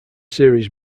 series